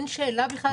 אין שאלה בכלל,